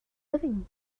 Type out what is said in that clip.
living